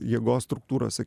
jėgos struktūrose